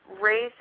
race